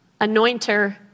anointer